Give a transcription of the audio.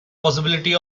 possibility